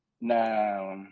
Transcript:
Now